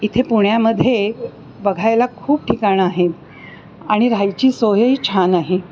इथे पुण्यामध्ये बघायला खूप ठिकाणं आहेत आणि राहायची सोयही छान आहे